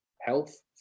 health